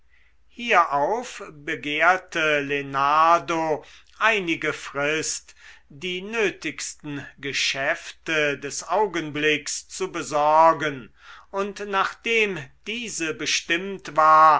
hierauf begehrte lenardo einige frist die nötigsten geschäfte des augenblicks zu besorgen und nachdem diese bestimmt war